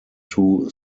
two